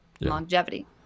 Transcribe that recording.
longevity